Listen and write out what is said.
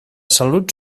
salut